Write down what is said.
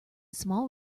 small